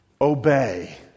obey